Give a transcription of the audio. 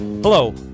Hello